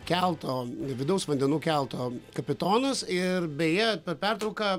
kelto vidaus vandenų kelto kapitonas ir beje per pertrauką